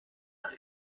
will